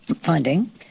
funding